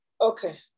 okay